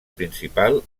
principal